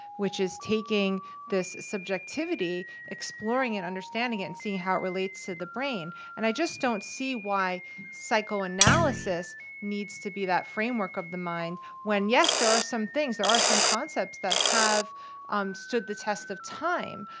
which is taking this subjectivity, exploring and understanding it and seeing how it relates to the brain. and i just don't see why psychoanalysis needs to be that framework of the mind when yes, there are some things, there are some concepts that have um stood the test of time,